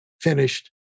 finished